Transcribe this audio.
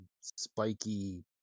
spiky